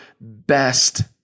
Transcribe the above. best